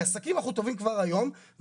כי עסקים אנחנו תובעים כבר היום,